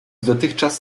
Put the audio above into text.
dotychczas